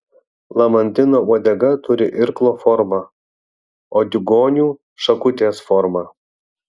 lamantino uodega turi irklo formą o diugonių šakutės formą